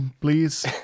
please